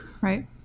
Right